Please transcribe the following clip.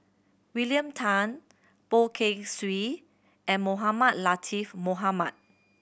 William Tan Poh Kay Swee and Mohamed Latiff Mohamed